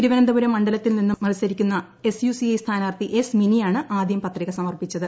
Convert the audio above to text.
തിരുവനന്തപുരം മണ്ഡലത്തിൽ നിന്ന് മത്സരിക്കുന്ന എസ് യു സി ഐ സ്ഥാനാർത്ഥി എസ് മിനിയാണ് ആദ്യം പത്രിക സമർപ്പിച്ചത്